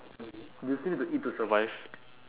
do you still need to eat to survive